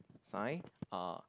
sign uh